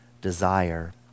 desire